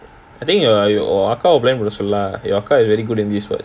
I think you are உன் அக்காவ சொல்லலாம்:un akkawa sollalaam lah உன் அக்கா:un akka quite very good in this [what]